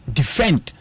defend